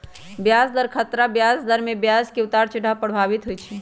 ब्याज दर खतरा बजार में ब्याज के उतार चढ़ाव प्रभावित होइ छइ